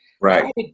right